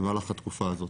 התקופה הזאת.